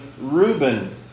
Reuben